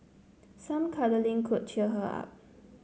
some cuddling could cheer her up